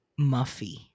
Muffy